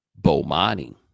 Bomani